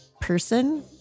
person